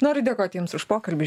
noriu dėkoti jums už pokalbį